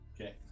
okay